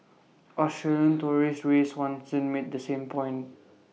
Australian tourist ray Swanson made the same point